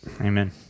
Amen